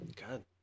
god